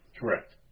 Correct